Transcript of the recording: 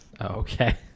Okay